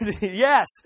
Yes